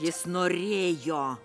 jis norėjo